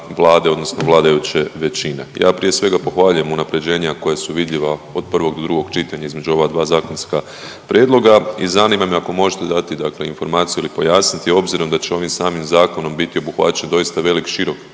odnosno vladajuće većine. Ja prije svega pohvaljujem unapređenja koja su vidljiva od prvog do drugog čitanja između ova dva zakonska prijedloga i zanima me ako možete dati dakle informaciju ili pojasniti obzirom da će ovim samim zakonom biti obuhvaćen doista velik, širok